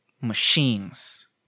machines